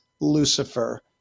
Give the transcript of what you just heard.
Lucifer